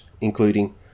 including